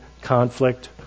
conflict